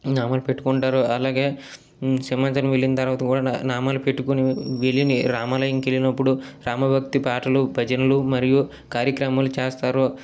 నామాలు పెట్టుకుంటారు అలాగే సింహాచలం వెళ్ళిన తర్వాత కూడా నామాలు పెట్టుకొని వెళ్ళిన రామాలయంకి వెళ్ళినప్పుడు రామభక్తి పాటలు భజనలు మరియు కార్యక్రమాలు చేస్తారు